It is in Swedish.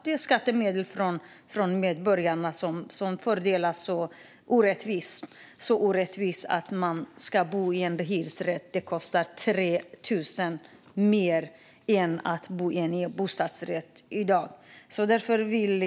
Det är skattemedel från medborgarna som fördelas så orättvist att det i dag kostar 3 000 mer att bo i en hyresrätt än att bo i en bostadsrätt.